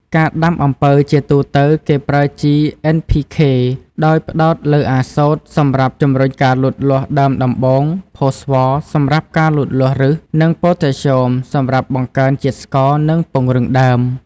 ការដាំអំពៅជាទូទៅ គេប្រើ ជី N-P-K ដោយផ្តោតលើអាសូត សម្រាប់ជំរុញការលូតលាស់ដើមដំបូង ផូស្វ័រ សម្រាប់ការលូតលាស់ឬស និងប៉ូតាស្យូម សម្រាប់បង្កើនជាតិស្ករ និងពង្រឹងដើម។